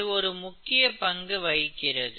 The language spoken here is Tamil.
இது ஒரு முக்கிய பங்கு வகிக்கிறது